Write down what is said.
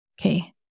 Okay